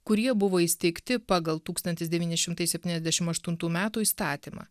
kurie buvo įsteigti pagal tūkstantis devyni šimtai septyniasdešim aštuntų metų įstatymą